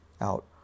out